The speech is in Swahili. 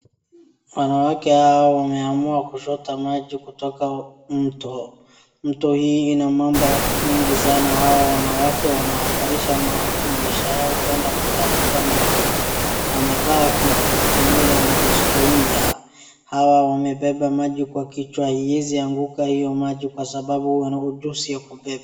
Wanawake hawa wameamua kuchota maji kutoka mto. Mto hii ina mamba mingi sana hawa wanawake wanahatarisha maisha yao kwenda kutafuta maji. Wamevaa ki mila na desturia. Hawa wamebeba maji kwa kichwa haiezi kuanguka hio maji kwasababu wana ujuzi ya kubeba.